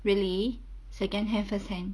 really second hand first hand